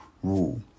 Rule